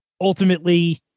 Ultimately